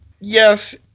yes